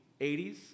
80s